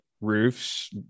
roofs